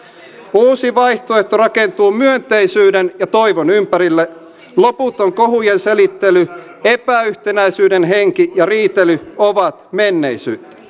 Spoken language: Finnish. uusi vaihtoehto rakentuu myönteisyyden ja toivon ympärille loputon kohujen selittely epäyhtenäisyyden henki ja riitely ovat menneisyyttä